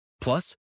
Plus